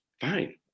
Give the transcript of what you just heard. fine